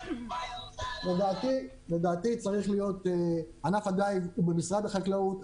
לדעתי ענף הדייג הוא במשרד החקלאות,